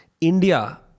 India